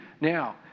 Now